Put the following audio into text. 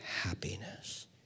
happiness